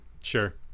Sure